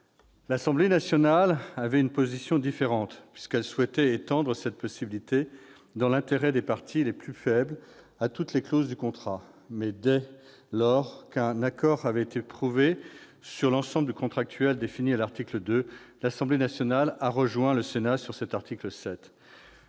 L'Assemblée nationale avait une position différente : elle souhaitait étendre cette possibilité, dans l'intérêt des parties les plus faibles, à toutes les clauses du contrat. Mais dès lors qu'un accord avait été trouvé sur l'ensemble contractuel défini à l'article 2, l'Assemblée nationale a rejoint le Sénat sur cet article 7.